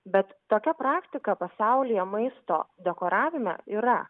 bet tokia praktika pasaulyje maisto dekoravime yra